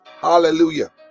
Hallelujah